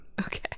Okay